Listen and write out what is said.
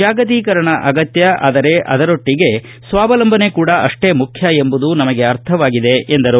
ಜಾಗತೀಕರಣ ಅಗತ್ಯ ಆದರೆ ಅದರೊಟ್ಸಗೆ ಸ್ವಾವಲಂಬನೆ ಕೂಡ ಅಷ್ಲೇ ಮುಖ್ಯ ಎಂಬುದು ನಮಗೆ ಅರ್ಥವಾಗಿದೆ ಎಂದರು